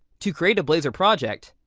to create a blazor project,